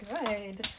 Good